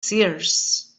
seers